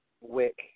wick